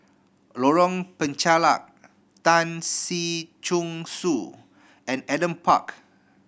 Lorong Penchalak Tan Si Chong Su and Adam Park